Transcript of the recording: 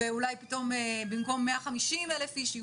ואולי פתאום במקום 150 אלף איש,